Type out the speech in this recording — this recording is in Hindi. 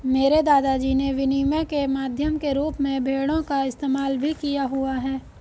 मेरे दादा जी ने विनिमय के माध्यम के रूप में भेड़ों का इस्तेमाल भी किया हुआ है